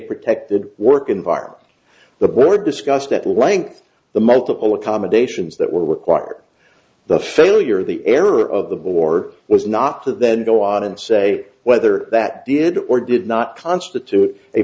protected work environment the board discussed at length the multiple accommodations that were required the failure of the error of the war was not to then go out and say whether that did or did not constitute a